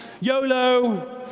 YOLO